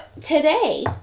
today